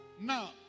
Now